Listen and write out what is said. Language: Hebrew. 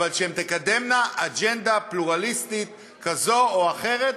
אבל שהן תקדמנה אג'נדה פלורליסטית כזאת או אחרת,